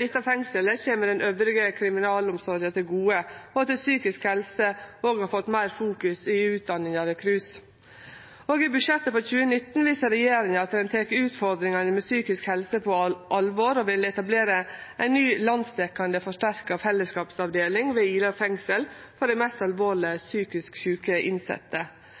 dette fengselet, kjem resten av kriminalomsorga til gode, og at psykisk helse òg har stått meir i fokus i utdanninga ved KRUS. Òg i budsjettet for 2019 viser regjeringa at ein tek utfordringane med psykisk helse på alvor, ved at ein vil etablera ei ny landsdekkjande, forsterka fellesskapsavdeling ved Ila fengsel for dei mest